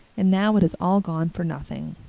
and now it has all gone for nothing.